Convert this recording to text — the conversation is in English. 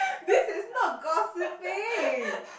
this is not gossiping